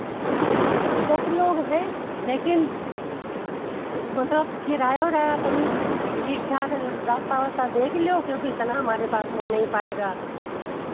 दस लोग हैं लेकिन मतलब किराया ओराया तनि ठीक ठाक रास्ता वस्ता देख लेओ क्योंकि इतना हमारे पास हो नहीं पाएगा